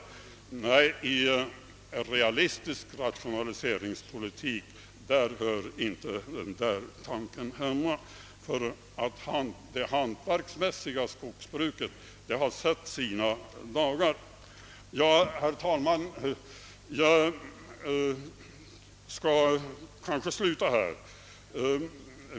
I realistisk rationaliseringspolitik hör inte den tanken hemma. Det hantverksmässiga skogsbruket har sett sina bästa dagar. Jag skall kanske, herr talman, sluta här.